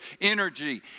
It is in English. energy